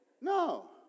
No